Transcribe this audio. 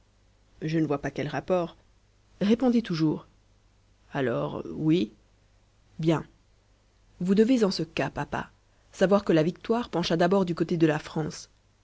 je ne vois pas quel rapport répondez toujours alors oui bien vous devez en ce cas papa savoir que la victoire pencha d'abord du côté de la france